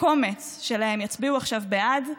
קומץ שלהם יצביעו עכשיו בעד,